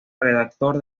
redactor